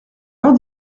heure